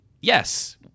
yes